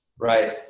Right